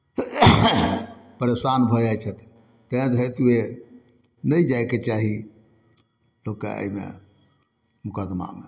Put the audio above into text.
परेशान भऽ जाइ छथि ताहि हेतुए नहि जाइके चाही लोककेँ एहिमे मोकदमामे